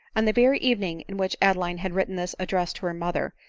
on the very evening in which adeline had written this address to her mother,